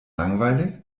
langweilig